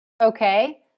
Okay